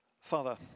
Father